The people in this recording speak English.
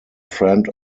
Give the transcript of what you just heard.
friend